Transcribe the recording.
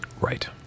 Right